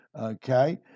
okay